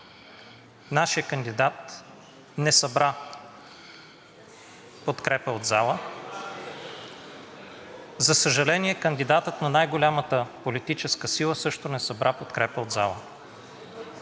Нашият кандидат не събра подкрепа от залата. За съжаление, кандидатът на най-голямата политическа сила също не събра подкрепа от залата.